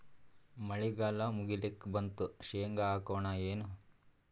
ಮಳಿಗಾಲ ಮುಗಿಲಿಕ್ ಬಂತು, ಶೇಂಗಾ ಹಾಕೋಣ ಏನು?